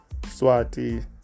Swati